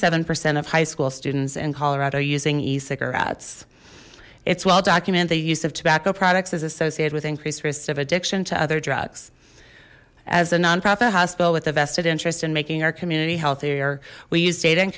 seven percent of high school students in colorado using e cigarettes it's well documented the use of tobacco products is associated with increased risks of addiction to other drugs as a non profit hospital with a vested interest in making our community healthier we use